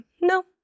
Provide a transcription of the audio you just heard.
No